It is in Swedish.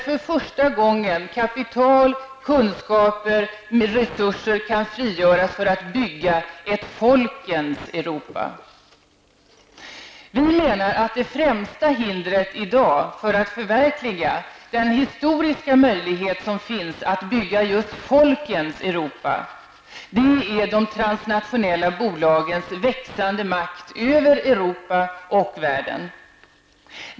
För första gången kan kapital, kunskap och resurser frigöras för att man skall kunna bygga ett folkens Europa. Vi menar att det främsta hindret i dag för att förverkliga den historiska möjligheten att bygga folkens Europa, är de transnationella bolagens växande makt över Europa och världen.